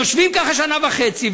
יושבים ככה שנה וחצי,